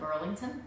Burlington